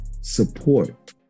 support